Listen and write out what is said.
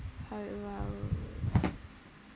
how you want